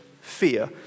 fear